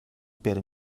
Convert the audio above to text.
per